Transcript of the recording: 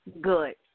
Good